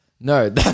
No